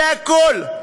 זה הכול.